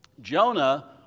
Jonah